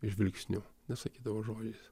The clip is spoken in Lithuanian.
žvilgsniu nesakydavo žodžiais